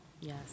Yes